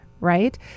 right